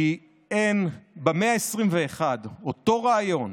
כי במאה ה-21 אותו רעיון